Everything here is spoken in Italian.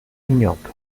ignoto